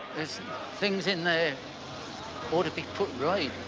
there's things in there ought to be put right.